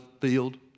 field